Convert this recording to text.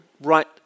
right